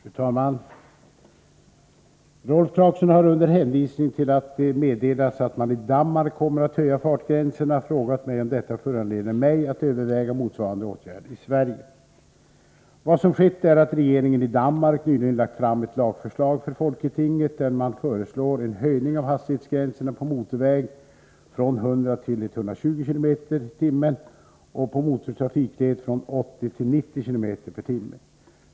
Fru talman! Rolf Clarkson har, under hänvisning till att det meddelats att man i Danmark kommer att höja fartgränserna, frågat mig om detta föranleder mig att överväga motsvarande åtgärd i Sverige. Vad som skett är att regeringen i Danmark nyligen lagt fram ett lagförslag för Folketinget där man föreslår en höjning av hastighetsgränserna på motorväg från 100 till 120 km tim.